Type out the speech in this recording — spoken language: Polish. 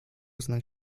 znak